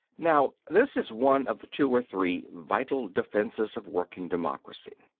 now, this is one of the two or three vital defences of working democracy.